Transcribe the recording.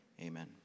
Amen